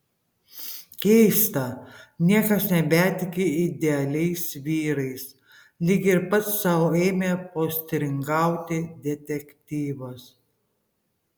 keista niekas nebetiki idealiais vyrais lyg ir pats sau ėmė postringauti detektyvas